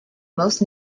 most